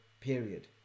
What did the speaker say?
period